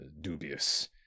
dubious